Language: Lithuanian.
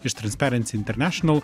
iš transparency international